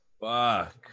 Fuck